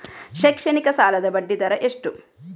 ಶೈಕ್ಷಣಿಕ ಸಾಲದ ಬಡ್ಡಿ ದರ ಎಷ್ಟು?